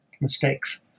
mistakes